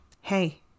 hey